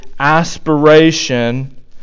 aspiration